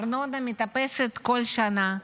הארנונה מטפסת כל שנה.